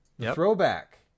throwback